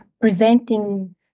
presenting